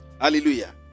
hallelujah